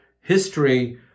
history